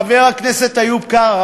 חבר הכנסת איוב קרא,